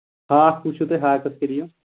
ہاکھ وٕچھُو تُہۍ ہاکَس کیٛاہ ریٹ